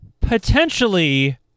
potentially